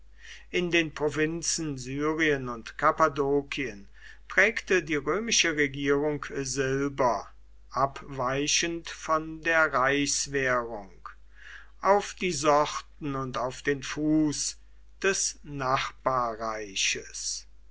in den provinzen syrien und kappadokien prägte die römische regierung silber abweichend von der reichswährung auf die sorten und auf den fuß des nachbarreiches